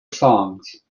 songs